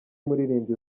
muririmbyi